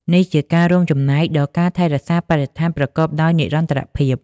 នេះជាការរួមចំណែកដល់ការថែរក្សាបរិស្ថានប្រកបដោយនិរន្តរភាព។